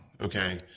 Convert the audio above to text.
okay